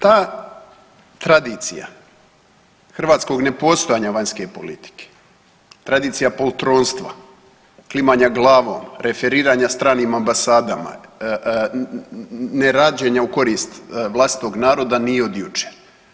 Ta tradicija hrvatskog nepostojanja vanjske politike, tradicija poltronstva, klimanja glavom, referiranja stranim ambasadama, ne rađenja u korist vlastitog naroda nije od jučer.